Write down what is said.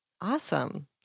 Awesome